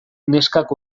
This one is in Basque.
neskak